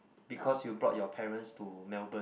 because you brought your parents to Melbourne